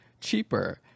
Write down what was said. cheaper